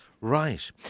Right